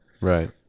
Right